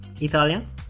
Italian